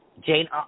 Jane